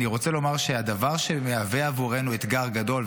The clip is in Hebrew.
אני רוצה לומר שהדבר שמהווה עבורנו אתגר גדול,